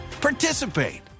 participate